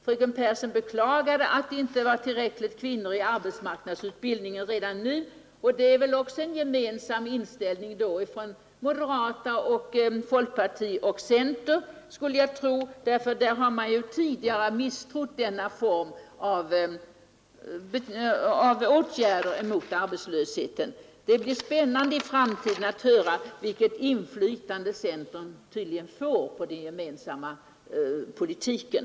Fröken Pehrsson beklagade att det inte var tillräckligt många kvinnor i arbetsmarknadsutbildningen redan nu, och det är väl då också en gemensam inställning från moderaterna, folkpartiet och centern att det bör bli en förbättring därvidlag. Men tidigare har man misstrott denna form av åtgärder mot arbetslösheten. Det blir spännande i framtiden att höra vilket inflytande centern tydligen får på den gemensamma politiken.